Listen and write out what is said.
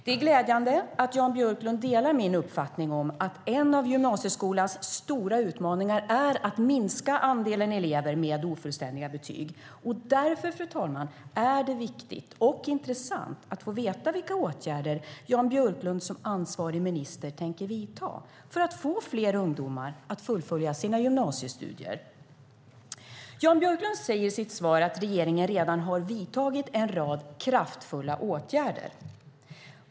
Det är glädjande att Jan Björklund delar min uppfattning om att en av gymnasieskolans stora utmaningar är att minska andelen elever med ofullständiga betyg. Därför, fru talman, är det viktigt och intressant att få veta vilka åtgärder Jan Björklund som ansvarig minister tänker vidta för att få fler ungdomar att fullfölja sina gymnasiestudier. Jan Björklund säger i sitt svar att regeringen redan har vidtagit en rad kraftfulla åtgärder.